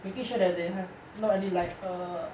making sure that they have not any like err